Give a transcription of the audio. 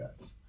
guys